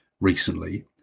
recently